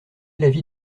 l’avis